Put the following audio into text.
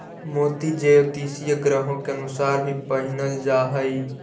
मोती ज्योतिषीय ग्रहों के अनुसार भी पहिनल जा हई